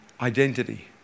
identity